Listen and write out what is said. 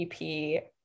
EP